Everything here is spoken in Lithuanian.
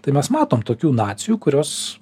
tai mes matom tokių nacijų kurios